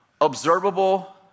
observable